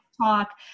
talk